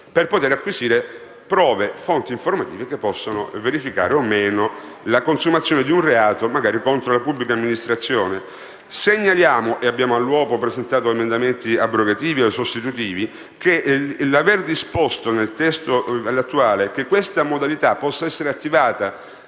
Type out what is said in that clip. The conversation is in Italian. per potere acquisire prove e fonti informative che possono verificare o no la consumazione di un reato, magari contro la pubblica amministrazione. Segnaliamo - e abbiamo all'uopo presentato emendamenti abrogativi o sostitutivi - che aver disposto nel testo attuale che questa modalità possa essere attivata